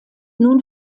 nun